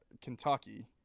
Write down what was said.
Kentucky